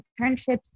internships